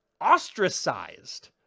ostracized